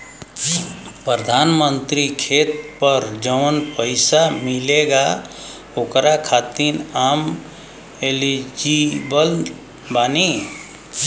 प्रधानमंत्री का खेत पर जवन पैसा मिलेगा ओकरा खातिन आम एलिजिबल बानी?